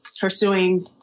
pursuing